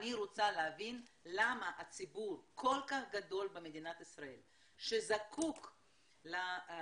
אני רוצה להבין למה ציבור כל כך גדול במדינת ישראל שזקוק לתמיכה,